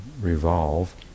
revolve